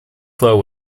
flow